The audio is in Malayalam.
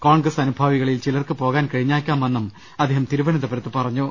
കോൺഗ്രസ് അനുഭാവികളിൽ ചിലർക്ക് പോകാൻ കഴിഞ്ഞേക്കാമെന്നും അദ്ദേഹം തിരുവനന്തപുരത്ത് പറഞ്ഞു